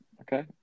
Okay